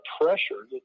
pressure